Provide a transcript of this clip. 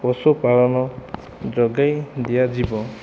ପଶୁପାଳନ ଯୋଗାଇ ଦିଆଯିବ